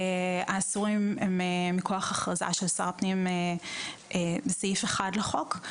האסורים הם מכוח ההכרזה של שר הפנים בסעיף 1 לחוק.